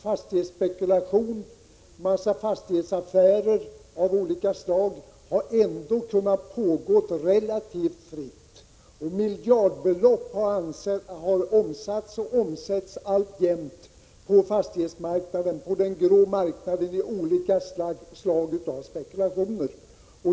Fastighetsspekulation och en massa fastighetsaffärer av olika slag har ändå kunnat pågå relativt fritt. Miljardbelopp har omsatts och omsätts alltjämt på fastighetsmarknaden, på den grå marknaden, i olika slag av spekulationer.